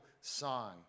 song